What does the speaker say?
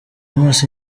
amaso